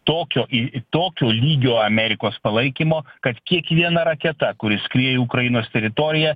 tokio į tokio lygio amerikos palaikymo kad kiekviena raketa kuri skrieja į ukrainos teritoriją